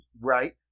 Right